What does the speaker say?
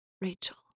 Rachel